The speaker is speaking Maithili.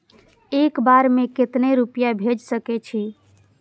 एक बार में केते रूपया भेज सके छी?